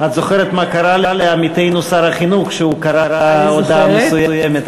את זוכרת מה קרה לעמיתנו שר החינוך כשהוא קרא הודעה מסוימת.